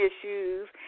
issues